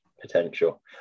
potential